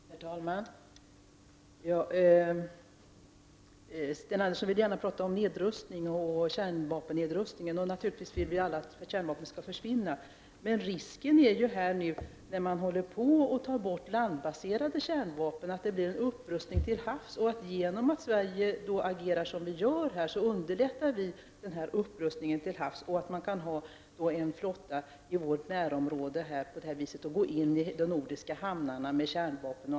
Herr talman! Sten Andersson vill gärna tala om nedrustning och kärnvapennedrustning. Naturligtvis vill vi alla att kärnvapnen skall försvinna. Risken är nu — när man håller på att ta bort landbaserade kärnvapen — att det blir en upprustning till havs. Då vi agerar som vi gör i Sverige underlättar vi upprustningen till havs, eftersom man kan ha en flotta i vårt närområde på detta sätt och gå in i de nordiska hamnarna med kärnvapen.